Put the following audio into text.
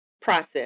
process